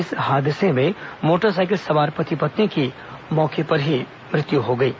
इस हादसे में मोटरसाइकिल सवार पति पत्नी की मौके पर ही मौत हो गई है